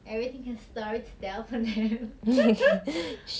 everything got story to tell for them